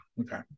Okay